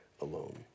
alone